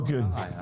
אוקיי.